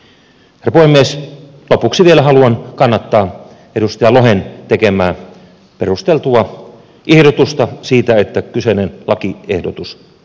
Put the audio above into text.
lopuksi vielä haluan kannattaa edustaja lohen tekemää perusteltua ehdotusta siitä että kyseinen lakiehdotus hylätään